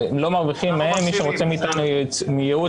מי שרוצה מאיתנו ייעוץ,